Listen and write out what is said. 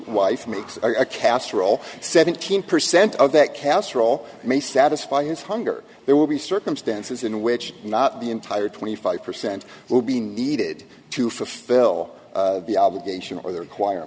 wife makes a casserole seventeen percent of that casserole may satisfy his hunger there will be circumstances in which not the entire twenty five percent will be needed to fulfill the obligation or the